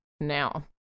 Now